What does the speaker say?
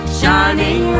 shining